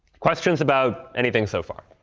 questions about anything so far?